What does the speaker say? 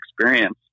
experience